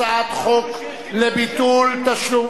הצעת חוק לביטול תשלום,